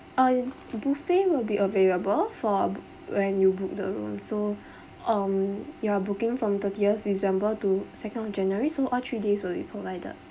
oh buffet will be available for when you book the room so um you are booking from thirtieth december to second january so all three days will be provided